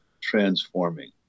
transforming